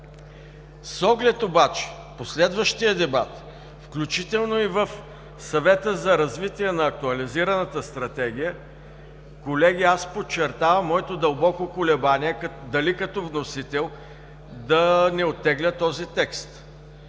С оглед обаче последващия дебат, включително и в Съвета за развитие на актуализираната стратегия, колеги, аз подчертавам моето дълбоко колебание дали като вносител да не оттегля този текст.